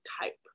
type